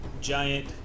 giant